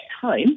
time